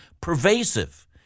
pervasive